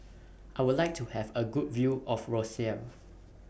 I Would like to Have A Good View of Roseau